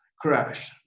crash